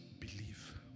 believe